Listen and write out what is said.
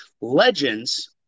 Legends